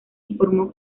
informó